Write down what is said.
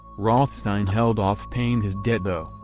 rothstein held off paying his debt though,